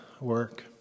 work